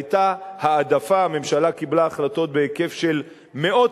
היתה העדפה הממשלה קיבלה החלטות בהיקף של מאות